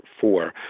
four